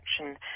Action